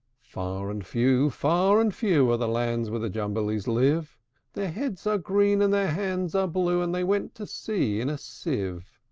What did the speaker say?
far and few, far and few, are the lands where the jumblies live their heads are green, and their hands are blue and they went to sea in a sieve.